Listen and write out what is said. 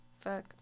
Fuck